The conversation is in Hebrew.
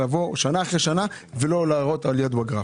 יבוא שנה אחרי שנה ולא יראה עליות בגרף.